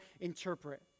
interpret